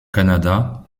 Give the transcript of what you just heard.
canada